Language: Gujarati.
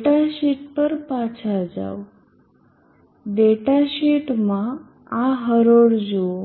ડેટા શીટ પર પાછા જાઓ ડેટા શીટમાં આ હરોળ જુઓ